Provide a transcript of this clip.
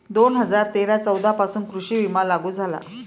दोन हजार तेरा चौदा पासून कृषी विमा लागू झाला